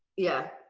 yeah,